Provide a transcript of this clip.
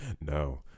No